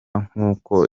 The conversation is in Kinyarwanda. nk’uko